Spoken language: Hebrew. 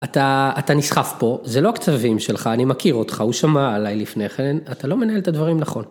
אתה... אתה נסחף פה, זה לא הקצבים שלך, אני מכיר אותך, הוא שמע עליי לפני כן, אתה לא מנהל את הדברים נכון.